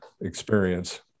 experience